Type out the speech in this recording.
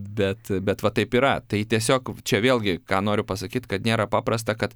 bet bet va taip yra tai tiesiog čia vėlgi ką noriu pasakyt kad nėra paprasta kad